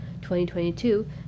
2022